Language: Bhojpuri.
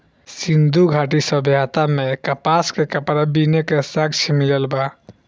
सिंधु घाटी सभ्यता में कपास के कपड़ा बीने के साक्ष्य मिलल बा